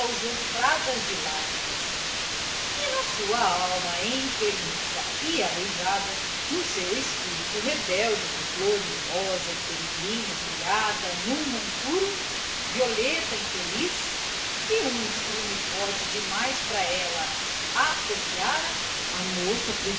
aljofradas de lágrimas e na sua alma enfermiça e aleijada no seu espírito rebelde de flor mimosa e peregrina criada num monturo violeta infeliz que um estrume forte demais para ela atrofiara a moça